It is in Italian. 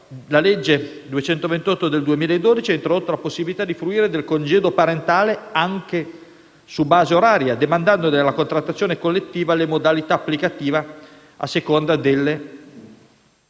La legge n. 228 del 2012 ha introdotto la possibilità di fruire del congedo parentale anche su base oraria, demandando alla contrattazione collettiva le modalità applicative, a seconda delle